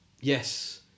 Yes